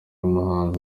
umuhanzi